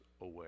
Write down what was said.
away